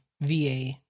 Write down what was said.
VA